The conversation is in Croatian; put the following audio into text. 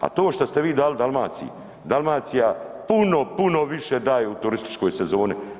A to što ste vi dali Dalmaciji, Dalmacija puno, puno više u turističkoj sezoni.